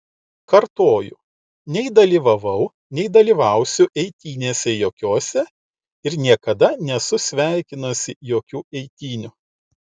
kartoju nei dalyvavau nei dalyvausiu eitynėse jokiose ir niekada nesu sveikinusi jokių eitynių